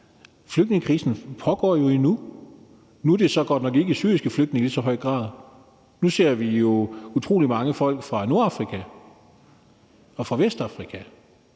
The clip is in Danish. Flygtningekrisen pågår jo endnu. Nu er det så godt nok ikke i lige så høj grad de syriske flygtninge, for nu ser vi jo utrolig mange folk fra Nordafrika og fra Vestafrika,